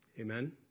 Amen